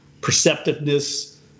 perceptiveness